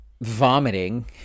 vomiting